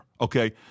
okay